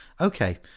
Okay